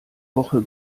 woche